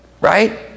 Right